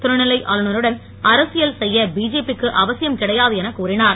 துணைநிலை ஆளுநருடன் அரசியல் செய்ய பிஜேபி க்கு அவசியம் கிடையாது என கூறினார்